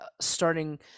starting